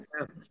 yes